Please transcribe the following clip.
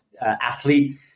athlete